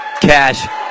Cash